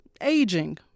aging